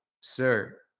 Sir